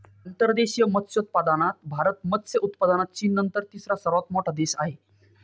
अंतर्देशीय मत्स्योत्पादनात भारत मत्स्य उत्पादनात चीननंतर तिसरा सर्वात मोठा देश आहे